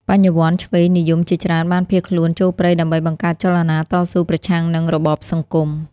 បញ្ញវន្តឆ្វេងនិយមជាច្រើនបានភៀសខ្លួនចូលព្រៃដើម្បីបង្កើតចលនាតស៊ូប្រឆាំងនឹងរបបសង្គម។